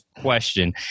question